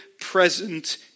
present